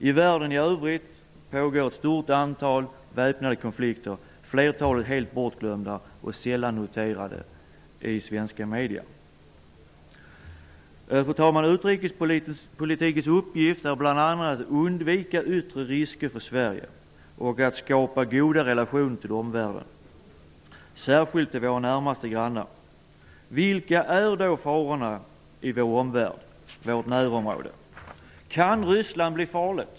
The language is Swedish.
I världen i övrigt pågår ett stort antal väpnade konflikter -- flertalet helt bortglömda och sällan noterade i svenska media. Fru talman! Utrikespolitikens uppgifter är bl.a. att undvika yttre risker för Sverige och att skapa goda relationer till omvärlden, särskilt till våra närmaste grannar. Vilka är då farorna i vår omvärld -- vårt närområde? Kan Ryssland blir farligt?